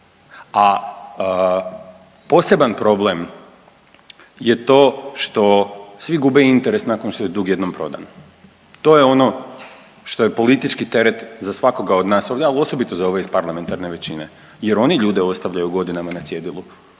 a poseban problem je to što svi gube interes nakon što je dug jednom prodan, to je ono što je politički teret za svakoga od nas ovdje, ali osobito za ove iz parlamentarne većine jer oni ljude ostavljaju godinama na cjedilu